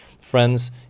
Friends